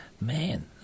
man